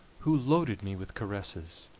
who loaded me with caresses,